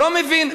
לא מבין,